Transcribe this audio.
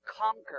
conquer